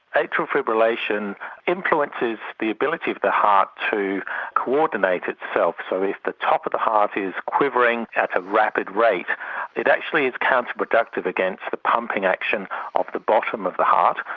atrial fibrillation influences the ability of the heart to coordinate itself. so if the top of the heart is quivering at a rapid rate it actually is counter productive against the pumping action of the bottom of the heart.